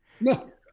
No